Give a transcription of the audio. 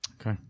Okay